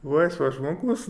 laisvas žmogus